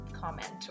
comment